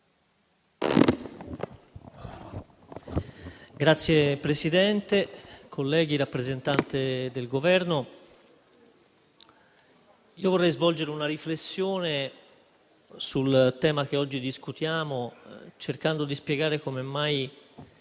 Signor Presidente, colleghi, rappresentante del Governo, vorrei svolgere una riflessione sul tema che oggi discutiamo, cercando di spiegare come mai